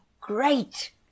great